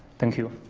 thank you.